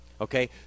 Okay